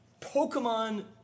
Pokemon